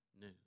new